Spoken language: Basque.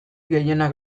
gehienak